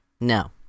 no